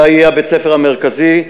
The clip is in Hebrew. זה יהיה בית-הספר המרכזי.